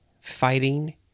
fighting